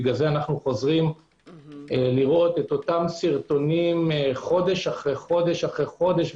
לכן אנו חוזרים לראות את אותם סרטונים חודש אחרי חודש אחרי חודש,